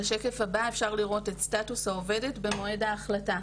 בשקף הבא אפשר לראות את סטטוס העובדת במועד ההחלטה.